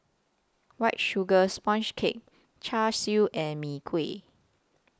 White Sugar Sponge Cake Char Siu and Mee Kuah